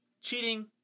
cheating